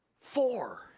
Four